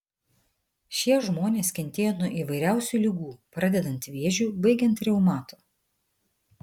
šie žmonės kentėjo nuo įvairiausių ligų pradedant vėžiu baigiant reumatu